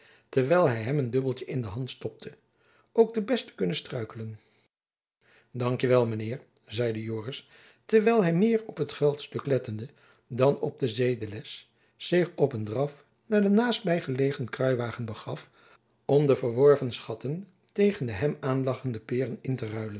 terwijl hy hem een dubbeltjen in de hand stopte ook de besten kunnen struikelen dankje wel men heir zeide joris terwijl hy meer op het geldstuk lettende dan op de zedeles zich op een draf naar den naastby gelegen kruiwagen begaf om de verworven schatten tegen de hem aanlachende peeren in te ruilen